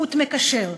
חוט מקשר,